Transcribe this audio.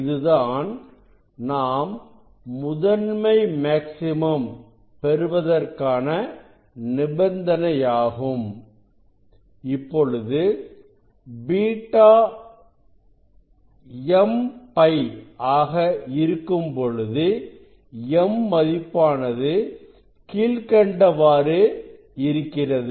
இதுதான் நாம் முதன்மை மேக்ஸிமம் பெறுவதற்கான நிபந்தனையாகும் இப்பொழுது பீட்டா mπ ஆக இருக்கும்பொழுது m மதிப்பானது கீழ்க்கண்டவாறு இருக்கிறது